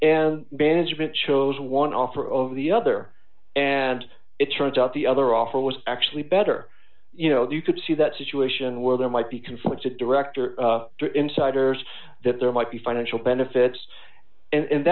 and management chose one offer over the other and it turns out the other offer was actually better you know you could see that situation where there might be conflicts it director or insiders that there might be financial